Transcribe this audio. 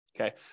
Okay